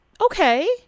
okay